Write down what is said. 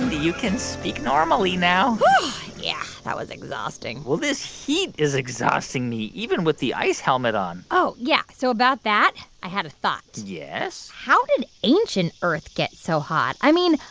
you can speak normally now yeah, that was exhausting well, this heat is exhausting me, even with the ice helmet on oh, yeah, so about that, i had a thought yes? how did ancient earth get so hot? i mean,